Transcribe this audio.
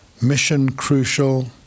mission-crucial